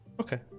Okay